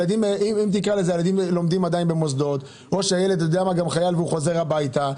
הילדים עדיין לומדים במוסדות או שהילד חייל ובסוף שבוע הוא חוזר הביתה.